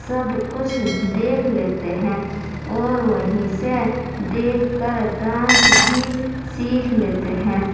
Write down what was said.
سب کچھ دیکھ لیتے ہیں اور وہیں سے دیکھ کر ڈانس بھی سیکھ لیتے ہیں